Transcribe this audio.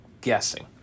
guessing